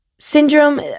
Syndrome